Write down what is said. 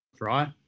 right